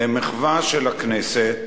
למחווה של הכנסת,